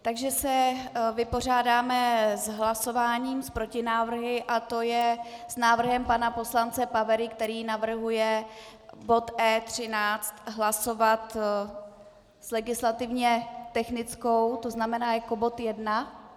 Takže se vypořádáme hlasováním s protinávrhy, a to je s návrhem pana poslance Pavery, který navrhuje bod E13 hlasovat s legislativně technickou, to znamená jako bod 1.